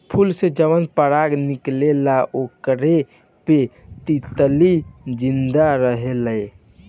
फूल से जवन पराग निकलेला ओकरे पर तितली जिंदा रहेले